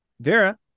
Vera